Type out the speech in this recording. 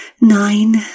nine